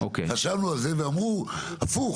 חשבנו על זה ואמרו הפוך,